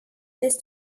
this